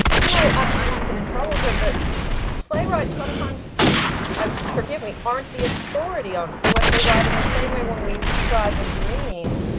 you know, i might get in trouble here, but playwrights sometimes forgive me! aren't the authority on what they write, in the same way when we describe a dream,